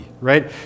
right